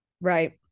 Right